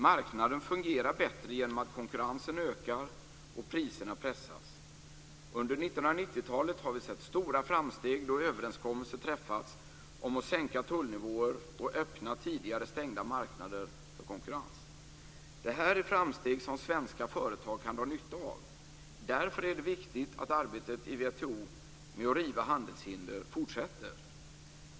Marknaden fungerar bättre genom att konkurrensen ökar och priserna pressas. Under 1990-talet har vi sett stora framsteg då överenskommelser träffats om att sänka tullnivåer och öppna tidigare stängda marknader för konkurrens. Det här är framsteg som svenska företag kan dra nytta av. Därför är det viktigt att arbetet i WTO med att riva handelshinder fortsätter.